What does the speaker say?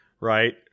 Right